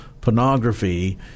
pornography